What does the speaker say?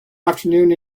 afternoon